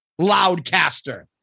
loudcaster